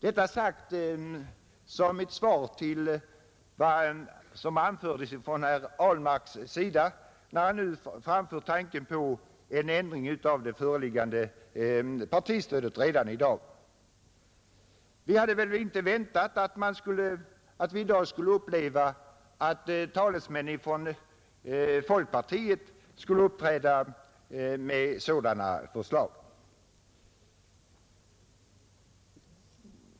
Jag säger det som ett svar på vad som uttalades av herr Ahlmark, när han nu framförde tanken på en ändring av partistödet redan i dag. Vi hade väl inte väntat att vi nu skulle få uppleva att talesmän för folkpartiet skulle uppträda med sådana förslag.